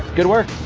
good work.